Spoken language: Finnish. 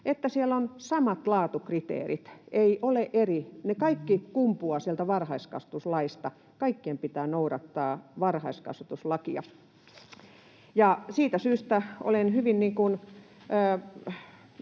palvelut — on samat laatukriteerit. Ei ole eri. Ne kaikki kumpuavat sieltä varhaiskasvatuslaista, ja kaikkien pitää noudattaa varhaiskasvatuslakia. Siitä syystä olen hyvin